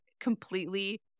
completely